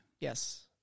Yes